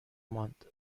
ماند